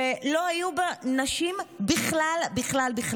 ולא היו בה נשים בכלל בכלל.